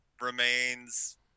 remains